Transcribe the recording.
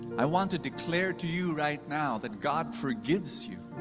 i want to declare to you right now, that god forgives you.